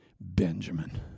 Benjamin